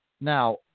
Now